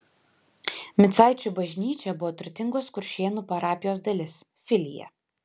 micaičių bažnyčia buvo turtingos kuršėnų parapijos dalis filija